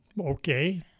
okay